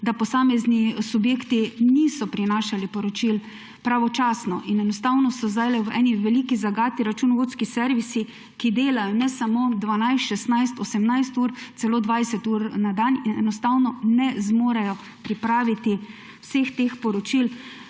da posamezni subjekti niso prinašali poročil pravočasno. Zato so sedaj v eni veliki zagati računovodski servisi, ki delajo ne samo 12, 16, 18 ur celo 20 ur na dan in enostavno ne zmorejo pripraviti vseh teh poročil.